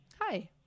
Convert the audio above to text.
Hi